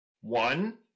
One